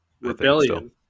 rebellion